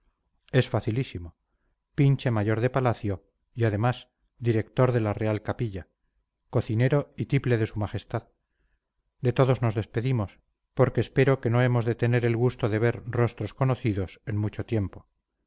es facilísimo pinche mayor de palacio y además director de la real capilla cocinero y tiple de s m de todos nos despedimos porque espero que no hemos de tener el gusto de ver rostros conocidos en mucho tiempo